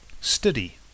study